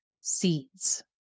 seeds